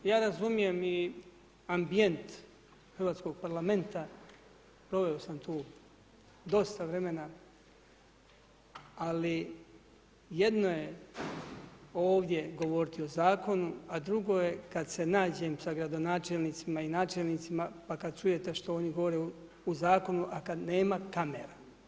Ja razumijem i ambijent hrvatskog Parlamenta, proveo sam tu dosta vremena, ali jedno je ovdje govoriti o zakonu, a drugo je kada se nađem s gradonačelnicima i načelnicima pa kada čujete što oni govore o zakonu, a kada nema kamera.